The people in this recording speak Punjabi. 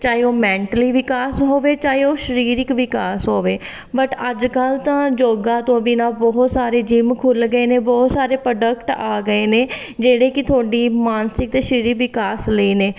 ਚਾਹੇ ਉਹ ਮੈਂਟਲੀ ਵਿਕਾਸ ਹੋਵੇ ਚਾਹੇ ਉਹ ਸਰੀਰਿਕ ਵਿਕਾਸ ਹੋਵੇ ਬਟ ਅੱਜ ਕੱਲ੍ਹ ਤਾਂ ਯੋਗਾ ਤੋਂ ਬਿਨਾਂ ਬਹੁਤ ਸਾਰੇ ਜਿੰਮ ਖੁੱਲ੍ਹ ਗਏ ਨੇ ਬਹੁਤ ਸਾਰੇ ਪ੍ਰੋਡਕਟ ਆ ਗਏ ਨੇ ਜਿਹੜੇ ਕਿ ਤੁਹਾਡੀ ਮਾਨਸਿਕ ਅਤੇ ਸਰੀਰਿਕ ਵਿਕਾਸ ਲਈ ਨੇ